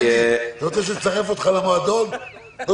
ראשית, לבקשת הוועדה את הנתונים, אני לא